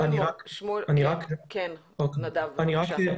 נדב, בבקשה.